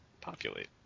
Populate